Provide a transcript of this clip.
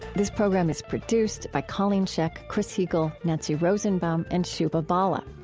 this program is produced by colleen scheck, chris heagle, nancy rosenbaum, and shubha bala.